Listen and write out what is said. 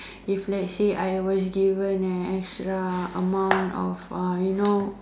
if let's say I was given an extra amount of you know